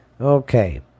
Okay